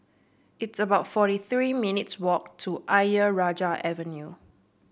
it's about forty three minutes' walk to Ayer Rajah Avenue